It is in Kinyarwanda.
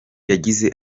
yagize